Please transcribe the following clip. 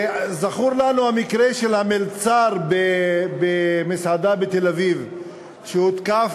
זכור לנו המקרה של המלצר במסעדה בתל-אביב שהותקף